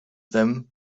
them